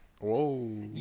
Whoa